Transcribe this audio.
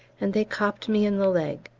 and they copped me in the leg.